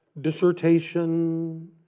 dissertation